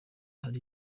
hari